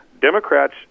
democrats